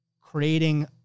creating